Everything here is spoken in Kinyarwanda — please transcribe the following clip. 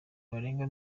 barenga